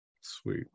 Sweet